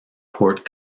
port